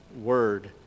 Word